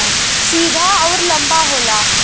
सीधा अउर लंबा होला